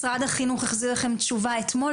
משרד החינוך החזיר לכם תשובה אתמול.